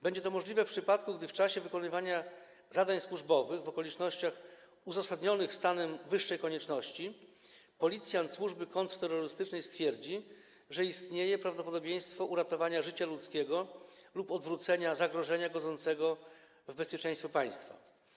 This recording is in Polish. Będzie to możliwe w przypadku, gdy w czasie wykonywania zadań służbowych w okolicznościach uzasadnionych stanem wyższej konieczności policjant służby kontrterrorystycznej stwierdzi, że istnieje prawdopodobieństwo uratowania życia ludzkiego lub odwrócenia zagrożenia godzącego w bezpieczeństwo państwa.